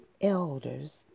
elders